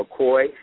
McCoy